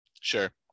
Sure